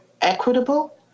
equitable